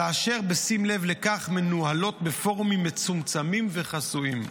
ואשר בשים לב לכך מנוהלות בפורומים מצומצמים וחסויים.